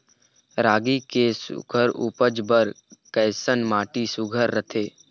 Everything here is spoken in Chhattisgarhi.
रागी के सुघ्घर उपज बर कैसन माटी सुघ्घर रथे?